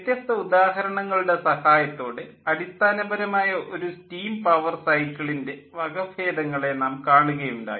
വ്യത്യസ്ത ഉദാഹരണങ്ങളുടെ സഹായത്തോടെ അടിസ്ഥാനപരമായ ഒരു സ്റ്റീം പവർ സൈക്കിളിൻ്റെ വകഭേദങ്ങളെ നാം കാണുകയുണ്ടായി